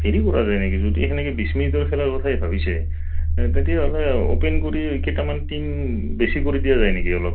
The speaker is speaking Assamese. হেৰি কৰা যায় নেকি যদি সেনেকে বিছ মিনিটৰ খেলাৰ কথাই ভাবিছে তেতিয়া হ'লে অ'পেন কৰি কেইটামান টিম বেছি কৰি দিয়া যায় নেকি অলপ